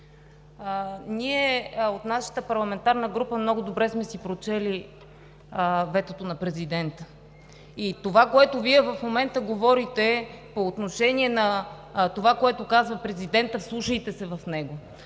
от нашата парламентарна група много добре сме си прочели ветото на президента, а онова, което Вие в момента говорите по отношение на това, което казва президентът – вслушайте се в него.